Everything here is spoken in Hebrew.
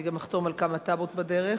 אני גם אחתום על כמה תב"עות בדרך,